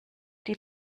die